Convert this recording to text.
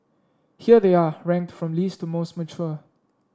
here they are ranked from least to most mature